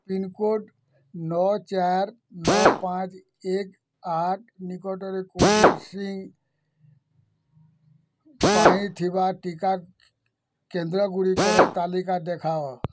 pincode ନଅ ଚାରି ନଅ ପାଞ୍ଚ ଏକ ଆଠ ନିକଟରେ କୋଭିଡ୍ ସିଙ୍ଗ୍ ପାଇଁ ଥିବା ଟିକା କେନ୍ଦ୍ରଗୁଡ଼ିକର ତାଲିକା ଦେଖାଅ